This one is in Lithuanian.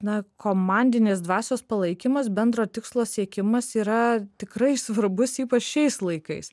na komandinės dvasios palaikymas bendro tikslo siekimas yra tikrai svarbus ypač šiais laikais